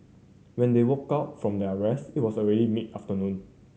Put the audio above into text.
when they woke out from their rest it was already mid afternoon